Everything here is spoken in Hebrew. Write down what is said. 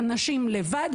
אנשים במקרה הרע,